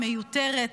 מיותרת,